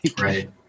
right